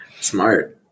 smart